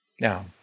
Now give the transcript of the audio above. Now